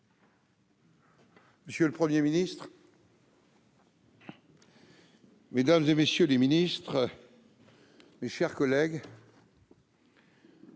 Monsieur le Premier ministre, madame, messieurs les ministres, mes chers collègues,